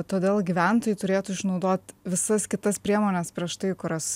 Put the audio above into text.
todėl gyventojai turėtų išnaudot visas kitas priemones prieš tai kurios